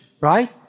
right